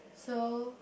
so